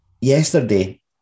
yesterday